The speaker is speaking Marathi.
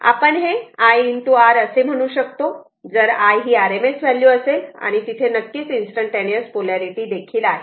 आपण हे I R असे म्हणू शकतो जर I ही RMS व्हॅल्यू असेल आणि तिथे नक्कीच इन्स्टंटेनिस पोलारिटी देखील आहे